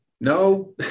no